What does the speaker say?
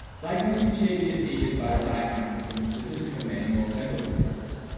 diagnosing gad is aided by the diagnostic and statistical manual of mental disorders,